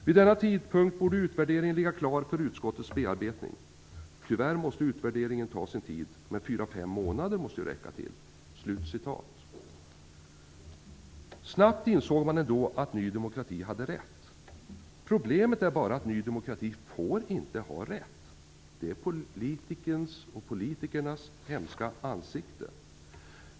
Vid denna tidpunkt borde utvärderingen ligga klar för utskottets bearbetning. Tyvärr måste en utvärdering få ta sin tid, men fyra fem månader måste ju räcka. Snabbt insåg man att Ny demokrati hade rätt. Problemet är bara att Ny demokrati inte får ha rätt. Detta är politikens hemska ansikte.